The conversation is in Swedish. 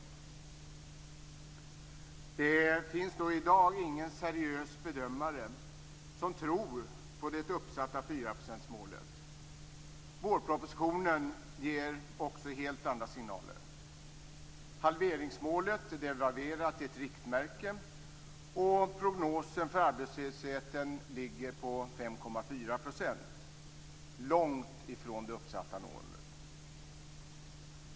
I dag finns det nog ingen seriös bedömare som tror på det uppsatta 4-procentsmålet. Vårpropositionen ger också helt andra signaler. Halveringsmålet är devalverat till ett riktmärke, och prognosen för arbetslösheten ligger på 5,4 %- långt ifrån det uppsatta målet.